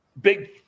big